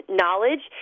knowledge